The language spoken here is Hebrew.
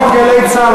רוב "גלי צה"ל",